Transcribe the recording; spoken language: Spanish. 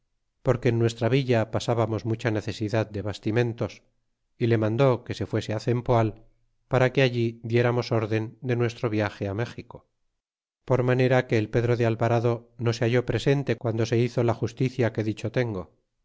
porque en nuestra villa pasábamos mucha necesidad da bastimentos y le mandó que se fuese cempoal para que allí diéramos orden de nuestro viage méxico por manera que el pedro de alvarado no se halló presente guando se hizo la justicia que dicho tengo